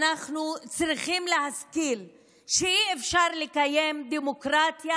אנחנו צריכים להזכיר שאי-אפשר לקיים דמוקרטיה